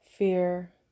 Fear